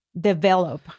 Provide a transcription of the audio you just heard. develop